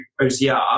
OCR